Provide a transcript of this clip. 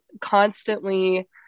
constantly